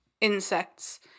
insects